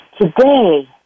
Today